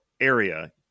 area